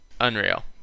Unreal